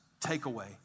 takeaway